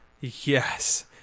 Yes